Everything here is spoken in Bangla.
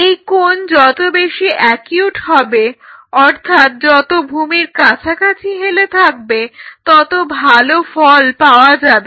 এই কোন যত বেশি অ্যাকিউট হবে অর্থাৎ যত ভূমির কাছাকাছি হেলে থাকবে তত ভালো ফলাফল পাওয়া যাবে